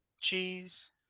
cheese